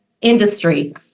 industry